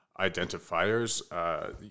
identifiers